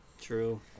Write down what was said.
True